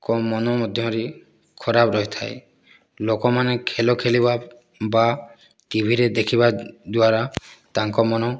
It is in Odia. ଙ୍କ ମନ ମଧ୍ୟରେ ଖରାପ ରହିଥାଏ ଲୋକମାନେ ଖେଳ ଖେଳିବା ବା ଟିଭିରେ ଦେଖିବା ଦ୍ୱାରା ତାଙ୍କ ମନ